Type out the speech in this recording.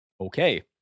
Okay